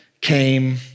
came